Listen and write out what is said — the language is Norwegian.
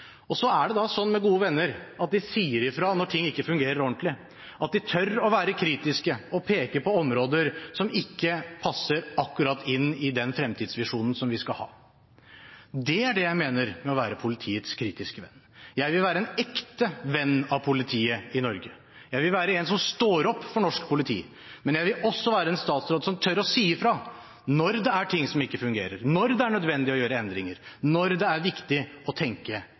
Så er det slik med gode venner at de sier fra når ting ikke fungerer ordentlig, at de tør å være kritiske og peke på områder som ikke passer akkurat inn i den fremtidsvisjonen som vi skal ha. Det er det jeg mener med å være politiets kritiske venn. Jeg vil være en ekte venn av politiet i Norge, jeg vil være en som står opp for norsk politi. Men jeg vil også være en statsråd som tør å si fra når det er ting som ikke fungerer, når det er nødvendig å gjøre endringer, når det er viktig å tenke